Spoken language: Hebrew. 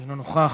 אינו נוכח,